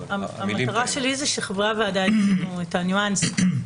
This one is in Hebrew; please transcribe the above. המטרה שלי זה שחברי הוועדה יבינו את הניואנסים.